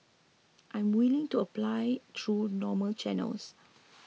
I'm willing to apply through normal channels